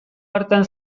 hartan